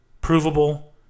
provable